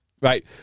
right